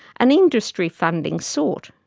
and industry funding sought.